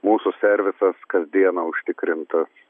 mūsų servisas kasdieną užtikrintas